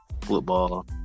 football